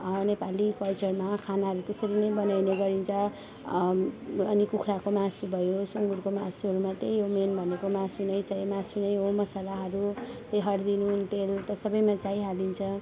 हाम्रो नेपाली कल्चरमा खानाहरू त्यसरी नै बनाइने गरिन्छ अनि कुखुराको मासु भयो सुँगुरको मासुहरूमा त्यहि हो मेन भनेको मासु नै चाहिँ मासु नै हो मसलाहरू यो हर्दी नुन तेल त सबैमा चाहिहालिन्छ